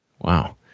Wow